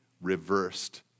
reversed